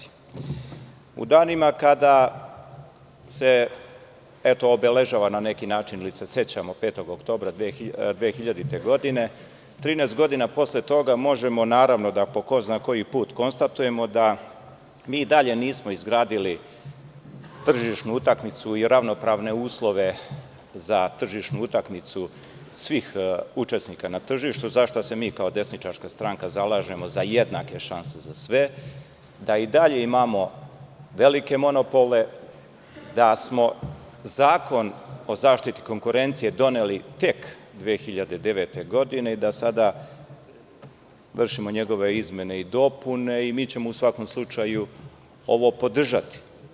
U danima kada se obeležava, na neki način, ili se sećamo 5. oktobra 2000. godine, 13 godina posle toga možemo da, po ko zna koji put, konstatujemo da mi i dalje nismo izgradili tržišnu utakmicu i ravnopravne uslove za tržišnu utakmicu svih učesnika na tržištu, za šta se mi, kao desničarska stranka, zalažemo, za jednake šanse za sve, da i dalje imamo velike monopole, da smo Zakon o zaštiti konkurencije doneli tek 2009. godine, da sada vršimo njegove izmene i dopune i mi ćemo u svakom slučaju ovo podržati.